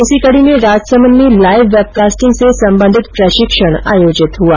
इसी कड़ी में राजसमंद में लाईव वेबकास्टिंग से संबंधित प्रशिक्षण आयोजित हुआ